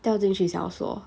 掉进去小说